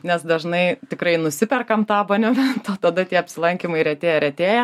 nes dažnai tikrai nusiperkam tą abonementą tada tie apsilankymai retėja retėja